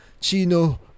Chino